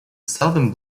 southern